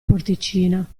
porticina